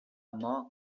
more